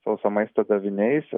sauso maisto daviniais